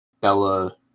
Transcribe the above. Bella